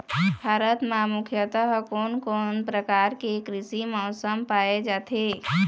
भारत म मुख्यतः कोन कौन प्रकार के कृषि मौसम पाए जाथे?